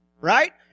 right